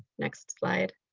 next slide.